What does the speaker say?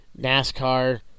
NASCAR